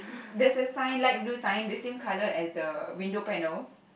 there's a sign light blue sign the same color as the window panels